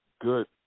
good